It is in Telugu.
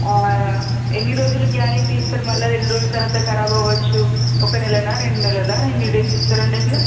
ఎన్ని రోజుల గ్యారెంటీ ఇస్తారు మళ్ళీ అది ఎన్ని రోజుల తరువాత కరాబ్ అవ్వచ్చు ఒక నెలనా రెండు నెలలా ఎన్ని డేస్ ఇస్తారు అండి అట్లా